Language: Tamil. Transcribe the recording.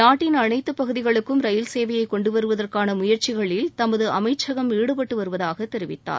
நாட்டின் அனைத்து பகுதிகளுக்கும் ரயில் சேவையை கொண்டுவருவதற்கான முயற்சிகளில் தமது அமைச்சகம் ஈடுபட்டு வருவதாக தெரிவித்தார்